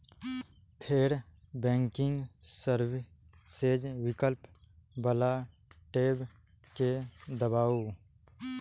फेर banking services विकल्प बला टैब कें दबाउ